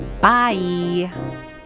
Bye